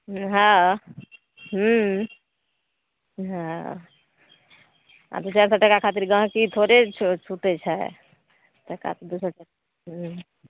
हँ हूँ हँ आ दू चारि सए टका खातिर गँहकी थोड़े छुटै छै टका तऽ दू टका हूँ